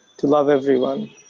to love everyone.